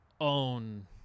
own